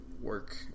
Work